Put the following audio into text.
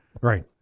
right